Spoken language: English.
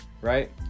Right